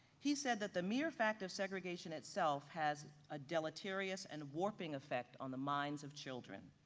he said that the mere fact of segregation itself has a deleterious and warping effect on the minds of children.